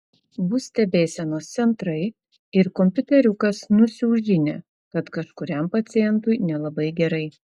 bus stebėsenos centrai ir kompiuteriukas nusiųs žinią kad kažkuriam pacientui nelabai gerai